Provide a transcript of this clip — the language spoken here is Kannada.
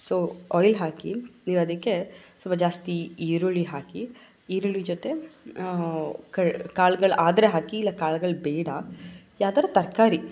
ಸೊ ಆಯ್ಲ್ ಹಾಕಿ ನೀವು ಅದಕ್ಕೆ ಸ್ವಲ್ಪ ಜಾಸ್ತಿ ಈರುಳ್ಳಿ ಹಾಕಿ ಈರುಳ್ಳಿ ಜೊತೆ ಕಾಳುಗಳು ಆದರೆ ಹಾಕಿ ಇಲ್ಲ ಕಾಳುಗಳು ಬೇಡ ಯಾವ್ದಾದ್ರು ತರಕಾರಿ